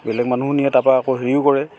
বেলেগ মানুহেও নিয়ে তাৰপৰা আকৌ হেৰি কৰে